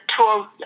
tools